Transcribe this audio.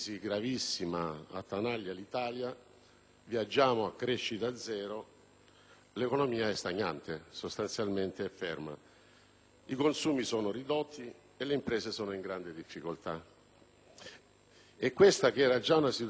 l'economia è stagnante (è sostanzialmente ferma), i consumi sono ridotti e le imprese sono in grande difficoltà. Ad una situazione di partenza gravissima già al momento dell'insediamento del nuovo Governo